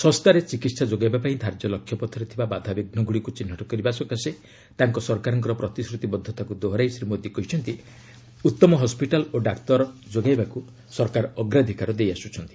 ଶସ୍ତାରେ ଚିକିତ୍ସା ଯୋଗାଇବା ପାଇଁ ଧାର୍ଯ୍ୟ ଲକ୍ଷ୍ୟପଥରେ ଥିବା ବାଧାବିଘ୍ନଗୁଡ଼ିକୁ ଚିହ୍ନଟ କରିବା ସକାଶେ ତାଙ୍କ ସରକାରଙ୍କ ପ୍ରତିଶ୍ରତିବଦ୍ଧତାକୁ ଦୋହରାଇ ଶ୍ରୀ ମୋଦି କହିଛନ୍ତି ଉତ୍ତମ ହସ୍କିଟାଲ୍ ଓ ଡାକ୍ତର ଯୋଗାଇବାକୁ ସରକାର ଅଗ୍ରାଧିକାର ଦେଇଆସୁଛନ୍ତି